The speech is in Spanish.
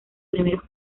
primeros